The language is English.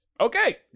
Okay